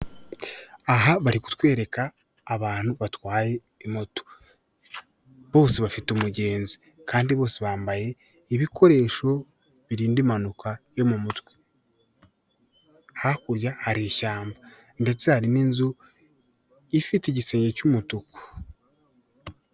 Nkuko mubibona amakaro y'aho aracyeye, inzugi nziza ziriho ibirango ndetse zisa amabara y'ubururu, hariya mu imbere hari ikintu gikonjesha harimo ibikombe, ijage y'icyatsi, amajerekani meza azanwamo amazi yo kunywa acyeye Kandi anogeye buri muntu wese iyo aya nyoye aba yumva ameze neza ,akira umutwe cyane iyo awurwaye cyangwa akoze impyiko.